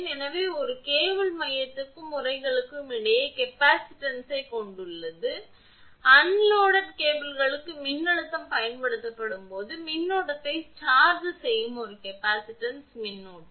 எனவே ஒரு கேபிள் மையத்திற்கும் உறைகளுக்கும் இடையில் கேப்பசிட்டன்ஸ் கொண்டுள்ளது அன்லோடட் கேபிளுக்கு மின்னழுத்தம் பயன்படுத்தப்படும் போது மின்னோட்டத்தை சார்ஜ் செய்யும் ஒரு கேப்பசிட்டன்ஸ் மின்னோட்டம்